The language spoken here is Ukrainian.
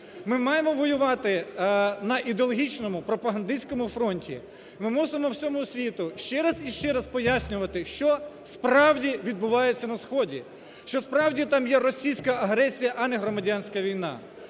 Ми маємо воювати на ідеологічному пропагандистському фронті, ми мусимо всьому світу ще раз і ще раз пояснювати, що справді відбувається на сході, що справді там є російська агресія, а не громадянська війна,